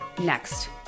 Next